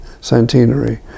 centenary